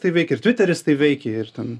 tai veikia ir tviteris tai veikia ir ten